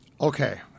okay